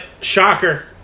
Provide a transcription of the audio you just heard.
shocker